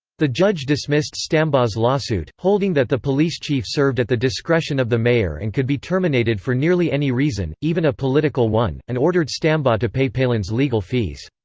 the judge dismissed stambaugh's lawsuit, holding that the police chief served at the discretion of the mayor and could be terminated for nearly any reason, even a political one, and ordered stambaugh to pay palin's legal fees.